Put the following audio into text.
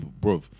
bro